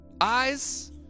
eyes